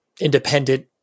independent